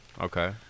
Okay